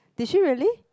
did she really